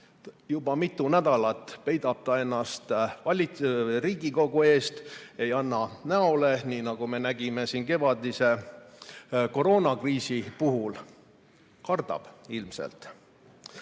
Juba mitu nädalat peidab ta ennast Riigikogu eest, ei anna näole, nii nagu me nägime siin kevadise koroonakriisi puhul. Kardab ilmselt.